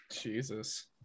Jesus